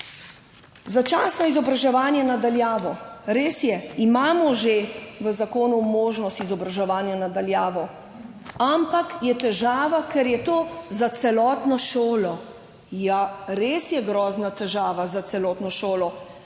Začasno izobraževanje na daljavo. Res je, imamo že v zakonu možnost izobraževanja na daljavo, ampak je težava, ker je to za celotno šolo. Ja, res je grozna težava za celotno šolo,